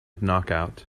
knockout